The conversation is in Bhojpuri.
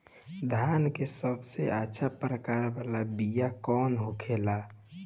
धान के सबसे अच्छा प्रकार वाला बीया कौन होखेला?